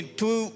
two